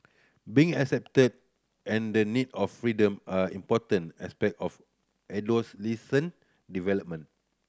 being accepted and the need of freedom are important aspect of adolescent development